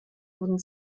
wurden